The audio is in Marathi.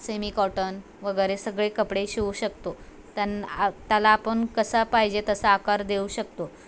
सेमी कॉटन वगरे सगळे कपडे शिवू शकतो त्यांन आ त्याला आपण कसा पाहिजे तसा आकार देऊ शकतो